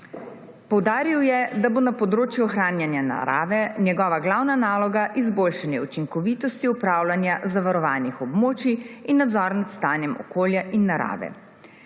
Poudaril je, da bo na področju ohranjanja narave njegova glavna naloga izboljšanje učinkovitosti upravljanja zavarovanih območij in nadzor nad stanjem okolja in narave.